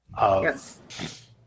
Yes